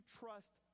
trust